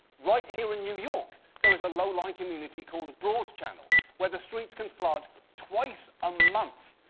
right here in new york, there is a low-line community called broad channel, where the streets can flood twice a month.